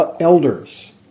elders